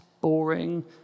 boring